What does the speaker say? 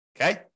Okay